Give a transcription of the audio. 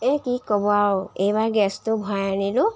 এই কি ক'ব আৰু এইবাৰ গেছটো ভৰাই আনিলোঁ